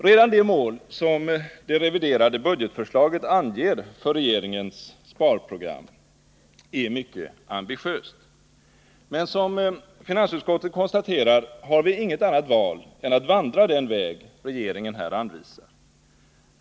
Redan det mål som det reviderade budgetförslaget anger för regeringens sparprogram är mycket ambitiöst. Men som finansutskottet konstaterar har viinget annat val än att vandra den väg som regeringen här anvisar.